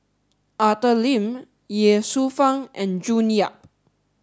Arthur Lim Ye Shufang and June Yap